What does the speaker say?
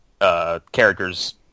characters